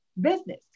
business